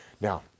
Now